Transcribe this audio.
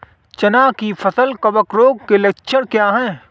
चना की फसल कवक रोग के लक्षण क्या है?